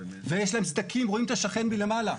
ויש להם סדקים, רואים את השכן מלמעלה.